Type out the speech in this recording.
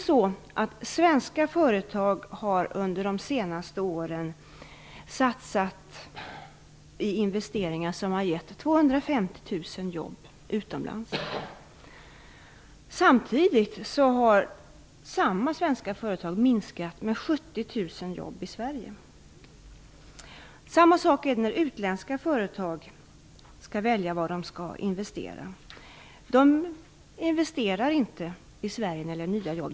Svenska företag har under de senaste åren satsat i investeringar som har gett 250 000 nya jobb utomlands. Samtidigt har samma svenska företag minskat antalet jobb i Sverige med 70 000. Detsamma gäller när utländska företag väljer var de skall investera. De investerar inte i Sverige för att skapa nya jobb.